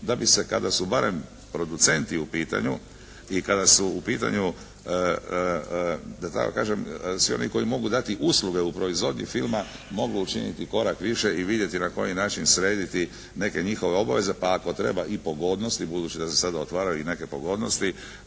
da bi se kada su barem producenti u pitanju i kada su u pitanju da tako kažem svi oni koji mogu dati usluge u proizvodnji filma mogu učiniti korak više i vidjeti na koji način srediti neke njihove obaveze pa ako treba i pogodnosti budući da se sada otvaraju i neke pogodnosti,